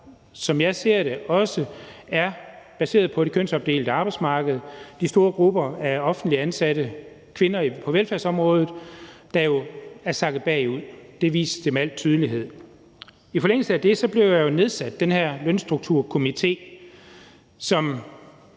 som jeg ser det, også er baseret på det kønsopdelte arbejdsmarked med de store grupper af offentligt ansatte kvinder på velfærdsområdet, der jo er sakket bagud. Det viste det med al tydelighed. I forlængelse af det blev der nedsat den her Lønstrukturkomité, som